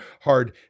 hard